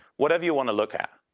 whatever you want to look at.